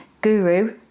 guru